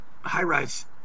high-rise